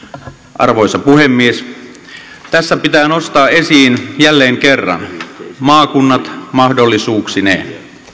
arvoisa puhemies tässä pitää nostaa esiin jälleen kerran maakunnat mahdollisuuksineen